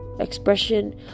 expression